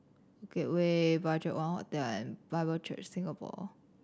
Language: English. Bukit Way BudgetOne Hotel and Bible Church Singapore